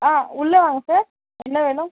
ஆ உள்ளே வாங்க சார் என்ன வேணும்